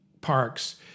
parks